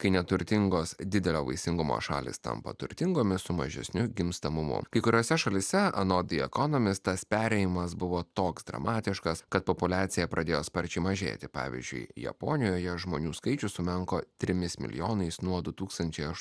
kai neturtingos didelio vaisingumo šalys tampa turtingomis su mažesniu gimstamumo kai kuriose šalyse anot jo ekonomistas perėjimas buvo toks dramatiškas kad populiacija pradėjo sparčiai mažėti pavyzdžiui japonijoje žmonių skaičius sumenko trimis milijonais nuo du tūkstančiai